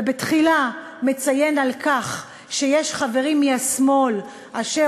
ובתחילה מציין שיש חברים מהשמאל אשר